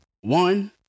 one